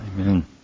Amen